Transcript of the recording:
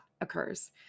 occurs